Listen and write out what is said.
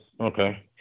Okay